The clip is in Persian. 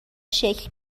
شکل